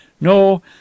No